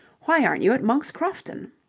why aren't you at monk's crofton?